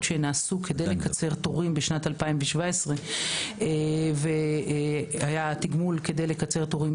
שנעשו כדי לקצר תורים בשנת 2017. היה תגמול לקצר תורים,